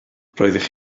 roeddech